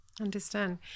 understand